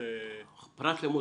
2(ב) ו-7 של חוק הסעה בטיחותית לילדים